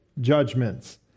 judgments